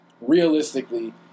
realistically